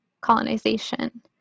colonization